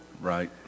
right